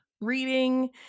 reading